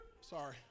sorry